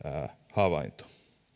havainto